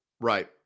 right